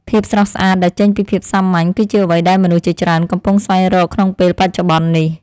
ភាពស្រស់ស្អាតដែលចេញពីភាពសាមញ្ញ គឺជាអ្វីដែលមនុស្សជាច្រើនកំពុងស្វែងរកក្នុងពេលបច្ចុប្បន្ននេះ។